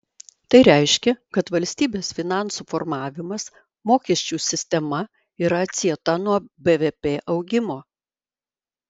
tai reiškia kad valstybės finansų formavimas mokesčių sistema yra atsieta nuo bvp augimo